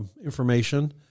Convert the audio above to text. information